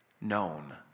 known